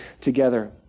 together